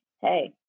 hey